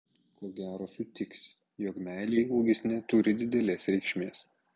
ko gero sutiksi jog meilei ūgis neturi didelės reikšmės